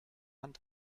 hand